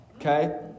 okay